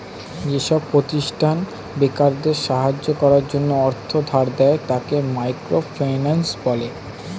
যেসব প্রতিষ্ঠান বেকারদের সাহায্য করার জন্য অর্থ ধার দেয়, তাকে মাইক্রো ফিন্যান্স বলে